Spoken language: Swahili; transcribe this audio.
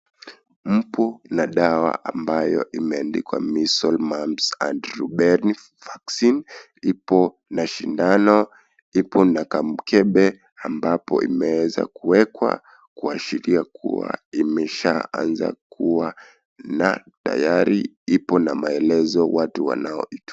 Mpo na dawa ambayo imeandikwa (cs)Measle, Mumps and Rubella vaccine(cs),ipo na shindano, ipo na kamkebe ambapo imeweza kuwekwa kuashiria kuwa imeshaanza kuwa na tayari ipo na maelezo watu wanaoitumia.